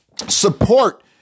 Support